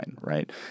right